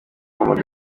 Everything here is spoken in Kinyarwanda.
amagambo